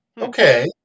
okay